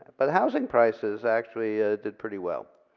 but housing prices actually did pretty well.